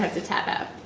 to tap out